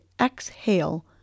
exhale